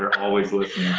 always listening.